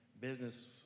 Business